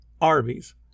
Arby's